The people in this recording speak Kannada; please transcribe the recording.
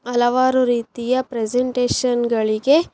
ಹಲವಾರು ರೀತಿಯ ಪ್ರೆಸೆಂಟೇಷನ್ಗಳಿಗೆ